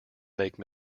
make